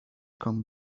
come